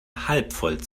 halbvoll